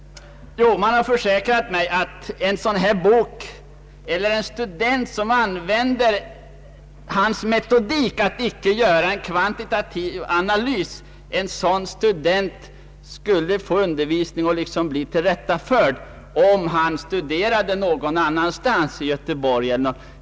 Man har försäkrat mig att en student, som använder herr Lewins metodik att inte göra en kvantitativ analys, skulle få undervisning och bli tillrättaförd, om han studerade någon annanstans, t.ex. i Göteborg.